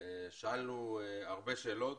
שאלנו הרבה שאלות,